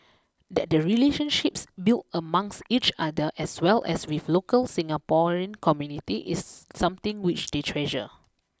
that the relationships built amongst each other as well as with local Singaporean community is something which they treasure